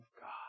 God